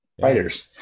writers